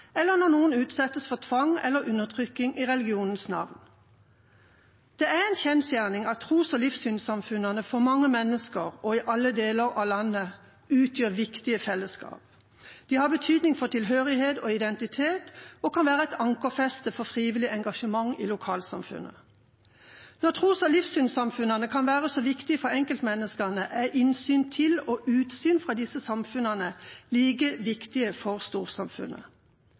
eller når noen utsettes for tvang eller undertrykking i religionens navn. Det er en kjensgjerning at tros- og livssynssamfunnene for mange mennesker, og i alle deler av landet, utgjør viktige fellesskap. De har betydning for tilhørighet og identitet og kan være et ankerfeste for frivillig engasjement i lokalsamfunnet. Når tros- og livssynssamfunnene kan være så viktige for enkeltmenneskene, er innsyn i og utsyn fra disse samfunnene like viktig for storsamfunnet.